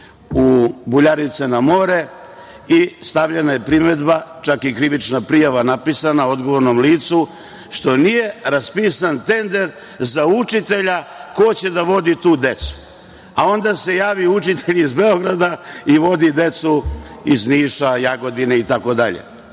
u Buljarice na more i stavljena je primedba, čak i krivična prijava napisana odgovornom licu, što nije raspisan tender za učitelja ko će da vodi tu decu. Onda se javi učitelj iz Beograda i vodi decu iz Niša, Jagodine itd.